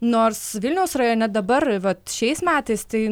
nors vilniaus rajone dabar vat šiais metais tai